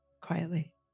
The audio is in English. Quietly